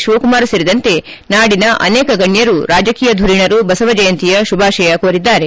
ಶಿವಕುಮಾರ್ ಸೇರಿದಂತೆ ನಾಡಿದ ಅನೇಕ ಗಣ್ಣರು ರಾಜಕೀಯ ಧುರೀಣರು ಬಸವ ಜಯಂತಿಯ ಶುಭಾಶಯ ಕೋರಿದ್ದಾರೆ